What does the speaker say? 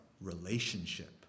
relationship